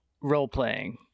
role-playing